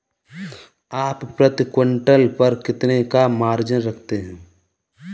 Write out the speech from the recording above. आप प्रति क्विंटल पर कितने का मार्जिन रखते हैं?